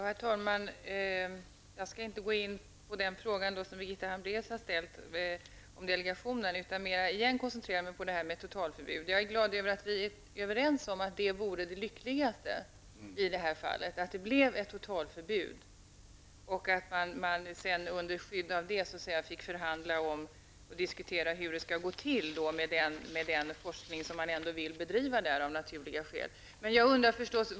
Herr talman! Jag skall inte gå in på den fråga som Birgitta Hambraeus har ställt om delegationen utan mera koncentrera mig på frågan om ett totalförbud. Jag är glad över att vi är överens om att det i det här fallet vore lyckligast om det blev ett totalförbud och att man sedan i skydd av det hade möjlighet att förhandla om och diskutera formerna för den forskning som man ändå av naturliga skäl vill bedriva där.